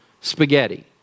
spaghetti